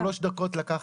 לקח